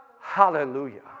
Hallelujah